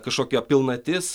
kažkokia pilnatis